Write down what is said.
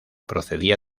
procedía